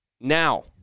Now